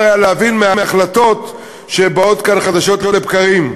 היה להבין מההחלטות שבאות כאן חדשים לבקרים.